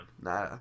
nah